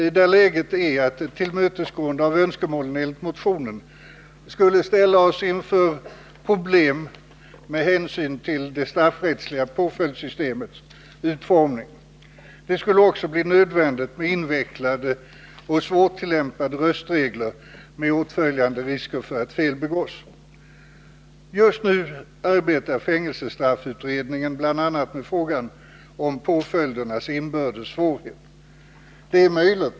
Läget där är att ett tillmötesgående av önskemålen i motionen skulle ställa oss inför problem med hänsyn till det straffrättsliga påföljdssystemets utformning. Det skulle också bli nödvändigt med invecklade och svårtillämpade röstregler med åtföljande risker för att fel begås. Just nu arbetar fängelsestraffkommittén bl.a. med frågan om påföljdernas inbördes svårhet.